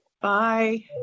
Bye